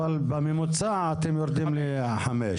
אבל בממוצע אתם יורדים לחמש.